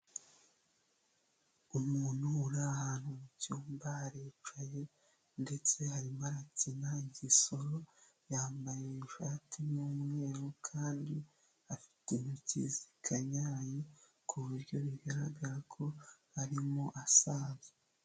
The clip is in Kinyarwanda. Umuntu uri ahantu mu cyumba aricaye ndetse arimo arakina igisoro, yambaye ishati y'umweru kandi afite intoki zikanyaraye ku buryo bigaragara ko arimo asaza.